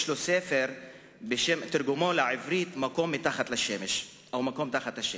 יש לו ספר שתרגומו לעברית הוא "מקום מתחת לשמש" או "מקום תחת השמש".